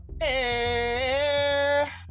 air